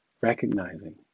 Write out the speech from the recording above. recognizing